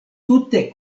tute